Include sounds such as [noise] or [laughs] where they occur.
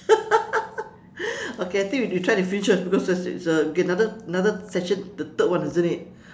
[laughs] okay I think you you try to finish first because it's a it's a okay another another session the third one isn't it